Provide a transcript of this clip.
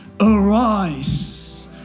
arise